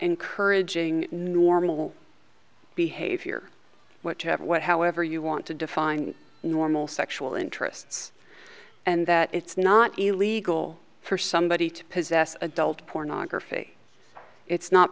encouraging normal behavior whatever what however you want to define normal sexual interests and that it's not illegal for somebody to possess adult pornography it's not